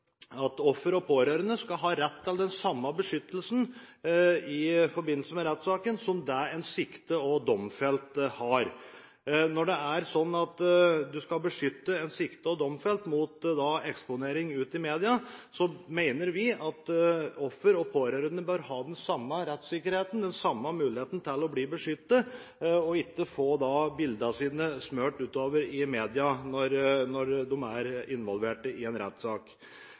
at offer og pårørende bør ha den samme rettssikkerheten, den samme muligheten til å bli beskyttet, og ikke få bilder smurt utover i media når de er involvert i en rettssak.